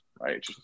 Right